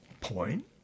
point